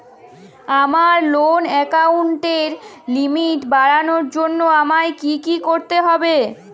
আমার লোন অ্যাকাউন্টের লিমিট বাড়ানোর জন্য আমায় কী কী করতে হবে?